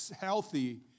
healthy